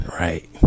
right